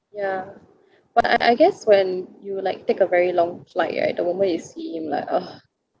ya but I I guess when you like take a very long flight right the moment you see him like ah